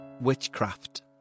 witchcraft